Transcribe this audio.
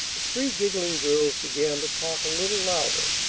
the three giggling girls began to talk a little louder.